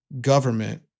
government